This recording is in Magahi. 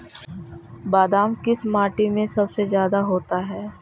बादाम किस माटी में सबसे ज्यादा होता है?